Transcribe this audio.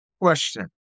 question